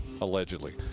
allegedly